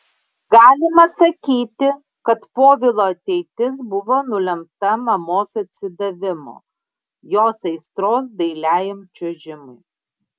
galima sakyti kad povilo ateitis buvo nulemta mamos atsidavimo jos aistros dailiajam čiuožimui